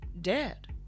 dead